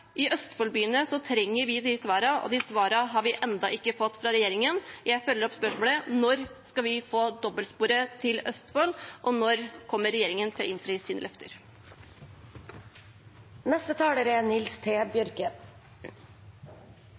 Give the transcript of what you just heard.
I Østfold-byene trenger vi svar, og de svarene har vi ennå ikke fått fra regjeringen. Jeg følger opp spørsmålet: Når skal vi få dobbeltsporet til Østfold, og når kommer regjeringen til å innfri sine løfter?